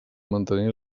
mantenir